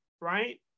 right